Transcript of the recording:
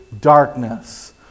darkness